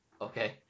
Okay